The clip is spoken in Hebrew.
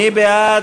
מי בעד?